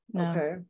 Okay